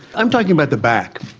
i'm talking about the back.